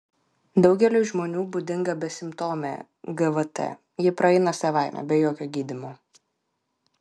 daugeliui žmonių būdinga besimptomė gvt ji praeina savaime be jokio gydymo